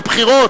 לבחירות?